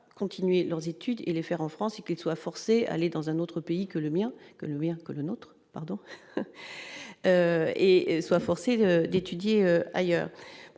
continuer leurs études et les faire en France et qu'soient forcés, aller dans un autre pays que le mien que lui, que le nôtre, pardon et soit forcés d'étudier ailleurs,